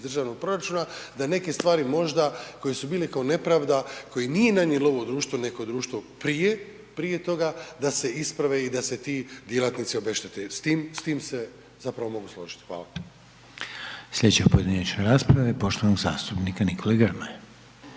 državnog proračuna, da neke stvari možda koje su bile kao nepravda koje nije nanijelo ovo društvo, neko društvo prije toga, da se isprave i da se ti djelatnici obeštete. S tim se zapravo mogu složiti. Hvala. **Reiner, Željko (HDZ)** Slijedeća pojedinačna rasprava je poštovanog zastupnika Nikole Grmoje.